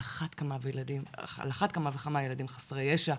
על אחת כמה וכמה ילדים חסרי ישע.